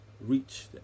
reach